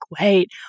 wait